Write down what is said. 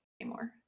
anymore